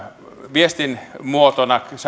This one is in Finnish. viestinmuotona